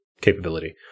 capability